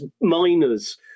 miners